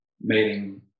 mating